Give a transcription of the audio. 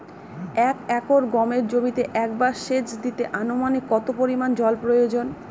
এক একর গমের জমিতে একবার শেচ দিতে অনুমানিক কত পরিমান জল প্রয়োজন?